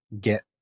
get